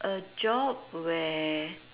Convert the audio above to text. a job where